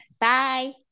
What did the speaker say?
Bye